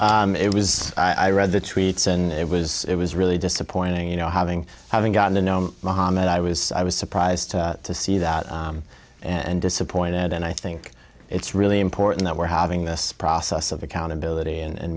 yeah it was i read the tweets and it was it was really disappointing you know having having gotten to know mohamed i was i was surprised to see that and disappointed and i think it's really important that we're having this process of accountability and